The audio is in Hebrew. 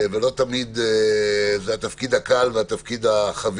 לא תמיד זה התפקיד הקל והחביב.